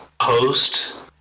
post